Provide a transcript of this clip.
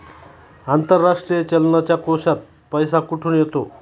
आंतरराष्ट्रीय चलनाच्या कोशात पैसा कुठून येतो?